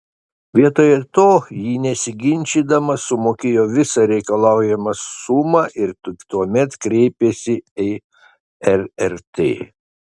vietoje to ji nesiginčydama sumokėjo visą reikalaujamą sumą ir tik tuomet kreipėsi į rrt